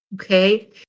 okay